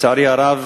לצערי הרב,